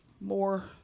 more